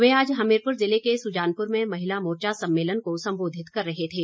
वे आज हमीरपुर जिले के सुजानपुर में महिला मोर्चा सम्मेलन को संबोधित कर रहे थे